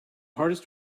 hardest